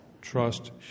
trust